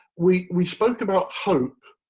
we we spoke about hope